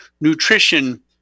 nutrition